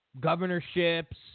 Governorships